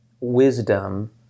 wisdom